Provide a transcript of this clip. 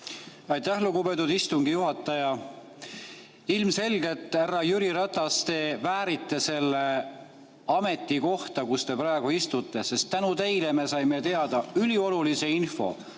Aitäh, lugupeetud istungi juhataja! Ilmselgelt, härra Jüri Ratas, te väärite seda ametikohta, kus te praegu istute, sest tänu teile me saime teada üliolulise info